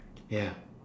ya